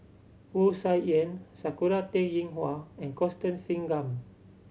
Wu Tsai Yen Sakura Teng Ying Hua and Constance Singam